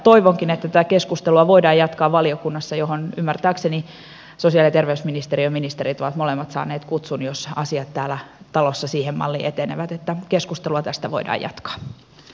toivonkin että tätä keskustelua voidaan jatkaa valiokunnassa johon ymmärtääkseni sosiaali ja terveysministeriön molemmat ministerit ovat saaneet kutsun jos asiat täällä talossa siihen malliin etenevät että keskustelua tästä voidaan jatkaa